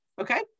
okay